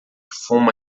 fuma